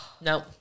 No